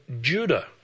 Judah